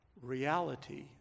reality